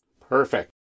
Perfect